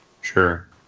Sure